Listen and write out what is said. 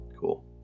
cool